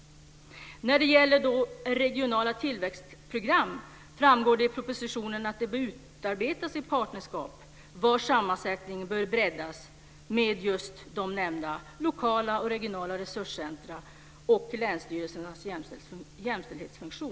· När det gäller regionala tillväxtprogram framgår det i propositionen att de bör utarbetas i partnerskap vars sammansättning bör breddas med just lokala och regionala resurscentrum och länsstyrelsernas jämställdhetsfunktion.